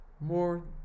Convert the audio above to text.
more